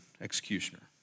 executioner